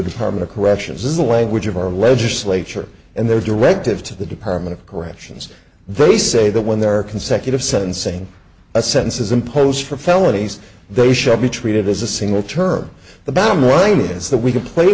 department of corrections is the language of our legislature and their directive to the department of corrections they say that when there are consecutive sentencing sentences imposed for felonies they should be treated as a single term the bottom line is that we could play